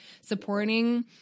supporting